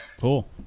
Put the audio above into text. Cool